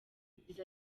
yagize